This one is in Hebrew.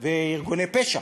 וארגוני פשע,